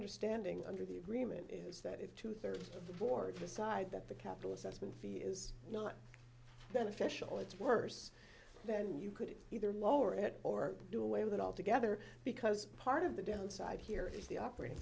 lender standing under the agreement is that if two thirds of the board decide that the capital assessment fee is not beneficial it's worse then you could either lower it or do away with it altogether because part of the downside here is the operating